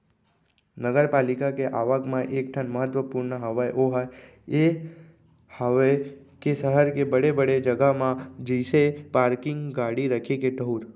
नगरपालिका के आवक म एक ठन महत्वपूर्न हवय ओहा ये हवय के सहर के बड़े बड़े जगा म जइसे पारकिंग गाड़ी रखे के ठऊर